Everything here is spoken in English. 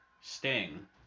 Sting